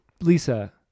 Lisa